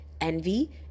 envy